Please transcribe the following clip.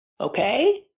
Okay